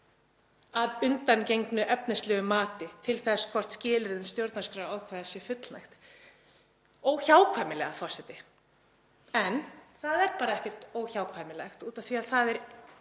að undangengnu efnislegu mati til þess hvort skilyrði um stjórnarskrárákvæðið sé fullnægt.“ Óhjákvæmilega, forseti, en það er ekkert óhjákvæmilegt út af því að er